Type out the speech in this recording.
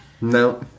No